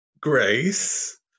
grace